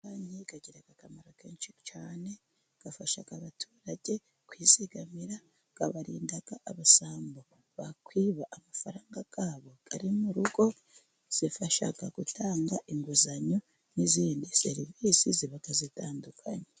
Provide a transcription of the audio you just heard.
Amabanki agira akamaro kenshi cyane, afasha abaturage kwizigamira, abarinda abasambo bakwiba amafaranga yabo ari mu rugo, zifasha gutanga inguzanyo n'izindi serivisi ziba zitandukanye.